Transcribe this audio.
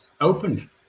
opened